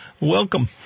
Welcome